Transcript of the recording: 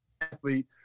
athlete